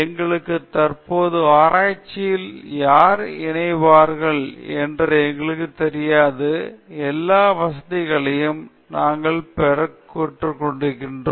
எங்களது தற்போதைய ஆராய்ச்சியில் யார் இணைவார்கள் என்று எங்களுக்குத் தெரியாது எல்லா வசதிகளையும் நாங்கள் கொண்டிருக்கக்கூடாது ஆனால் நாங்கள் எப்போதும் தொடர்புகளை பெறும் மற்றொரு பல்கலைக்கழகத்துடன் ஒத்துழைக்க முடியும்